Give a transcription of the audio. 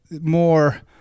more